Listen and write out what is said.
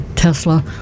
Tesla